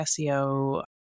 SEO